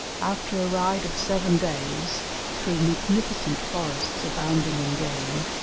after a ride of seven days through magnificent forests abounding in game,